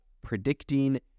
predicting